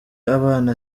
abana